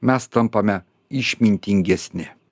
mes tampame išmintingesni